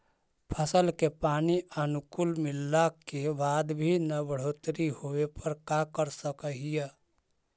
फसल के पानी अनुकुल मिलला के बाद भी न बढ़ोतरी होवे पर का कर सक हिय?